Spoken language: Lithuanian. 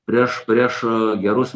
prieš prieš gerus